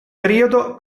periodo